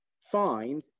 find